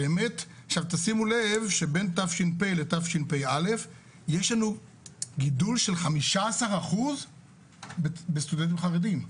תשימו לב שבין תש"ף לתשפ"א יש לנו גידול של 15% בסטודנטים חרדים.